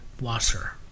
Wasser